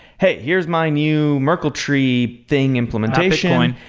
hey, here's my new merkel tree thing implementation,